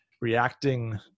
reacting